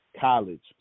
college